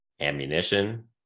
ammunition